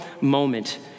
moment